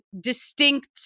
distinct